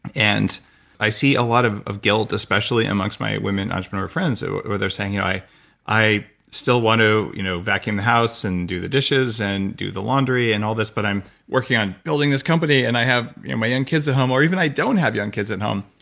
i see a lot of of guilt, especially amongst my women entrepreneur friends who they're saying, you know i i still want to you know vacuum the house and do the dishes and do the laundry and all this, but i'm working on building this company and i have you know my young kids at home or even i don't have young kids at home.